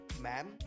Ma'am